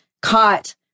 caught